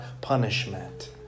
punishment